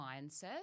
mindset